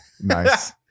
nice